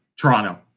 Toronto